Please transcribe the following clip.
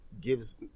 gives